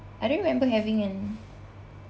I don't remember having an